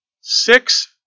six